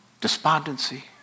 Despondency